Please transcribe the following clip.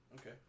Okay